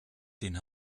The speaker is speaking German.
den